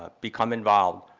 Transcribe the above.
ah become involved.